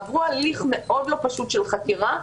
עברו הליך מאוד לא פשוט של חקירה,